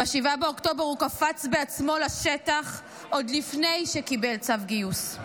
ב-7 באוקטובר הוא קפץ בעצמו לשטח עוד לפני שקיבל צו גיוס.